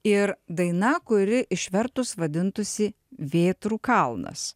ir daina kuri išvertus vadintųsi vėtrų kalnas